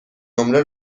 نمره